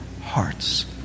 hearts